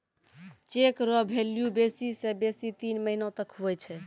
cheque रो value बेसी से बेसी तीन महीना तक हुवै छै